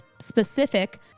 specific